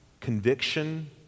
conviction